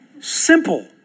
Simple